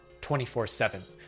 24-7